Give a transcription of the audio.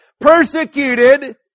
Persecuted